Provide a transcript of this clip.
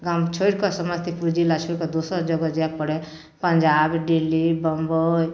गाम छोड़िकऽ समस्तीपुर जिला छोड़िकऽ दोसर जगह जाए पड़ै हइ पञ्जाब दिल्ली बम्बै